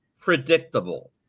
predictable